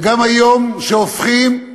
וגם היום, כשהופכים,